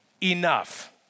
enough